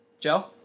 Joe